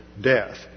death